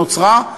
שנוצרה,